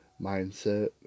mindset